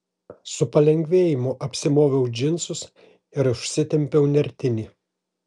su palengvėjimu apsimoviau džinsus ir užsitempiau nertinį